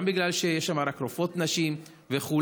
גם בגלל שיש שם רק רופאות נשים וכו'.